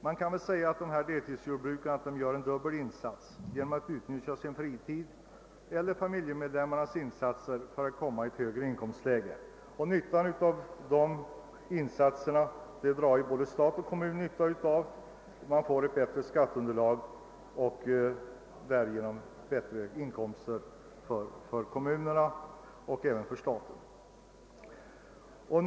Man kan väl säga att deltidsjordbrukaren gör en dubbel insats genom att utnyttja sin fritid och familjemedlemmarnas insatser för att komma i ett högre inkomstläge. Både stat och kommun har nytta av dessa insatser. Man får ett bättre skatteunderlag och därigenom större inkomster för kommunerna och även för staten.